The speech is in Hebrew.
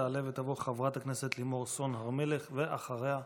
תעלה ותבוא חברת הכנסת לימור סון הר מלך, ואחריה,